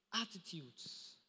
attitudes